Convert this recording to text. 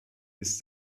ist